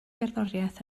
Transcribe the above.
gerddoriaeth